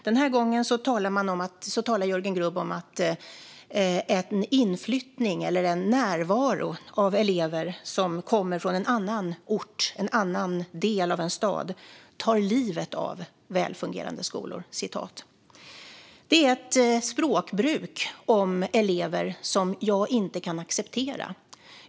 Den här gången talar Jörgen Grubb om att inflyttning eller närvaro av elever som kommer från en annan ort, en annan del av en stad, tar livet av väl fungerande skolor. Det är ett språkbruk om elever som jag inte kan acceptera.